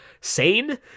sane